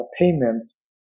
payments